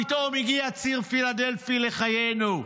פתאום הגיע ציר פילדלפי לחיינו.